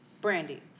Brandy